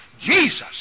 Jesus